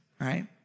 right